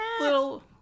Little